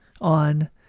on